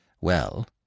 Well